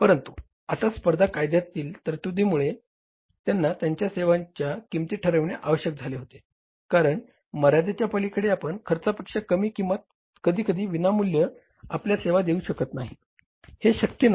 परंतु आता स्पर्धा कायद्यातील तरतुदींमुळे त्यांना त्यांच्या सेवांच्या किंमती ठरविणे आवश्यक झाले होते कारण मर्यादेच्या पलीकडे आपण खर्चापेक्षा कमी किंवा कधीकधी विनामूल्य आपल्या सेवा देऊ शकत नाही हे शक्य नाही